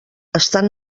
estan